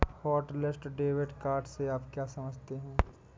Hotlist debit card से आप क्या समझते हैं?